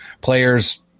players